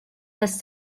tas